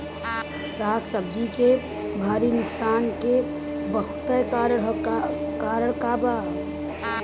साग सब्जी के भारी नुकसान के बहुतायत कारण का बा?